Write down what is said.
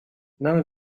none